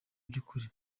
by’ukuri